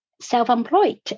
self-employed